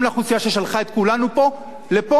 לאוכלוסייה ששלחה את כולנו לפה,